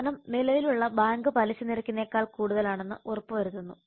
വരുമാനം നിലവിലുള്ള ബാങ്ക് പലിശ നിരക്കിനേക്കാൾ കൂടുതലാണെന്ന് ഉറപ്പ് വരുത്തുന്നു